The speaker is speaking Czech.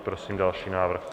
Prosím další návrh.